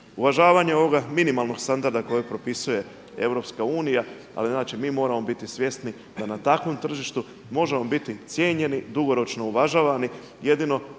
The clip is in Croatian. uvažavanje ovog minimalnog standarda koje propisuje EU, ali mi moramo biti svjesni da na takovom tržištu možemo biti cijenjeni, dugoročno uvažavani.